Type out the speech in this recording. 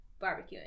barbecuing